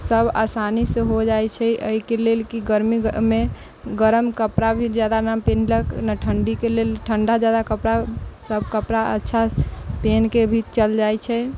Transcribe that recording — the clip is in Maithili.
सब आसानीसँ होइ जाइ छै एहिके लेल कि गर्मीमे गरम कपड़ा भी ज्यादा नहि पहिनलक नहि ठण्डीके लेल ठण्डा ज्यादा कपड़ासब कपड़ा अच्छा पहिनके भी चलि जाइ छै